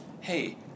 hey